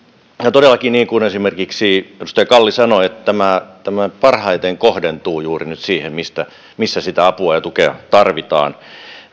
todellakin niin kuin esimerkiksi edustaja kalli sanoi tämä parhaiten kohdentuu nyt juuri siihen missä sitä apua ja tukea tarvitaan